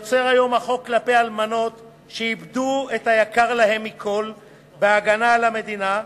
שהחוק יוצר היום כלפי אלמנות שאיבדו את היקר להן מכול בהגנה על המדינה,